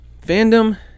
fandom